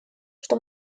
что